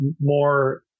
more